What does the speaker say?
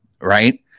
Right